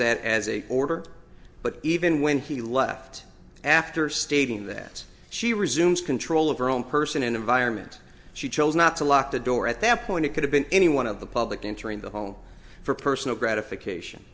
that as a order but even when he left after stating that she resumes control of her own person and environment she chose not to lock the door at that point it could have been any one of the public interest the home for personal gratification